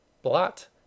Blot